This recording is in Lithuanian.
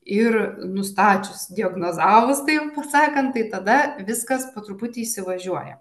ir nustačius diagnozavus taip sakant tai tada viskas po truputį įsivažiuoja